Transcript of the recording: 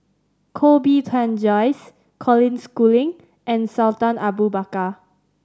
Koh Bee Tuan Joyce Colin Schooling and Sultan Abu Bakar